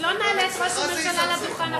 אז לא נעלה את ראש הממשלה לדוכן אף פעם.